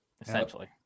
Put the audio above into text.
essentially